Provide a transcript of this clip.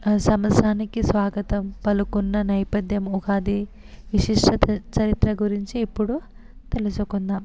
సంవత్సరానికి స్వాగతం పలుకున్న నేపథ్యంలో ఉగాది విశిష్ట చరిత్ర గురించి ఇప్పుడు తెలుసుకుందాం